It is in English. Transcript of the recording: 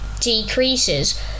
decreases